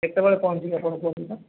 କେତେବେଳେ ପହଞ୍ଚିବେ ଆପଣ କୁହନ୍ତୁ ତ